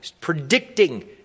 predicting